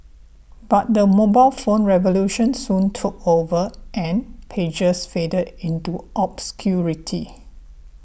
but the mobile phone revolution soon took over and pagers faded into obscurity